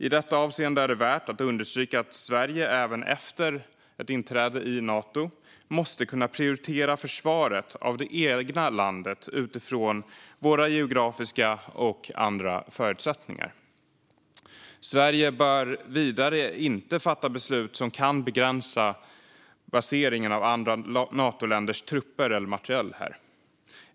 I detta avseende är det värt att understryka att Sverige även efter ett inträde i Nato måste kunna prioritera försvaret av det egna landet utifrån våra geografiska och andra förutsättningar. Sverige bör vidare inte fatta beslut som kan begränsa baseringen av andra Natoländers trupper eller materiel här.